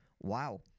Wow